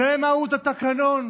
זו מהות התקנון?